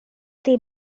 they